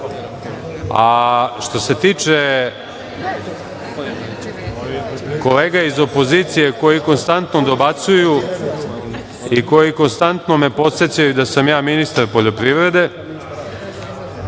se tiče kolega iz opozicije koji konstantno dobacuju i koji me konstantno podsećaju da sam ja ministar poljoprivrede,